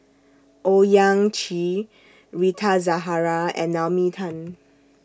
Owyang Chi Rita Zahara and Naomi Tan